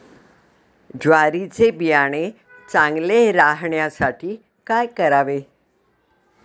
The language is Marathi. ज्वारीचे बियाणे चांगले राहण्यासाठी काय करावे?